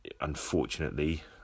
unfortunately